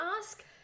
ask